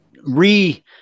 re